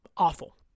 awful